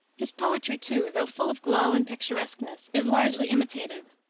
his poetry, too, though full of glow and picturesqueness, is largely imitative,